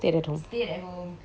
stayed at home